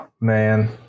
Man